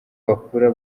bakura